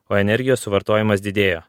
o energijos suvartojimas didėjo